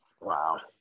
wow